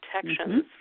protections